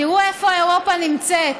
תראו איפה אירופה נמצאת,